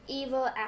evil